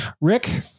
Rick